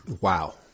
Wow